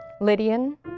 Lydian